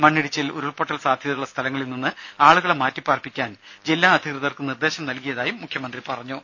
മണ്ണിടിച്ചിൽ ഉരുൾപൊട്ടൽ സാധ്യതയുള്ള സ്ഥലങ്ങളിൽ നിന്ന് ആളുകളെ മാറ്റിപാർപ്പിക്കാൻ ജില്ലാ അധികൃതർക്ക് നിർദേശം നൽകിയതായും മുഖ്യമന്ത്രി പറഞ്ഞു